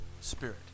spirit